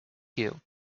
you